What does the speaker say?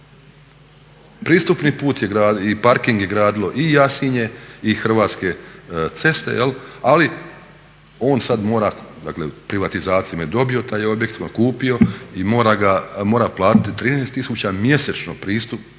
Pristupni put je gradio i parking je gradilo i Jasinje i Hrvatske ceste, ali on sad mora, privatizacijom je dobio taj objekt, otkupio i mora platiti 13 tisuća mjesečno pristup